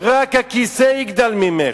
רק הכיסא יגדל ממך.